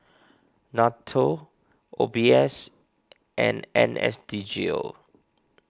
Nato O B S and N S D G O